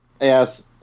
Yes